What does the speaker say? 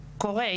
קורה.